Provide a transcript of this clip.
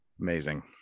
Amazing